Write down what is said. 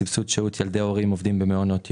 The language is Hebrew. סבסוד שירות ילדי הורים עובדים במעונות יום,